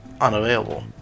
unavailable